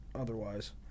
otherwise